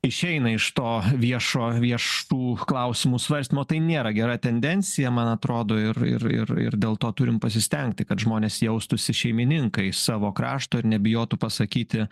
išeina iš to viešo vieš tų klausimų svarstymo tai nėra gera tendencija man atrodo ir ir ir ir dėl to turim pasistengti kad žmonės jaustųsi šeimininkais savo krašto ir nebijotų pasakyti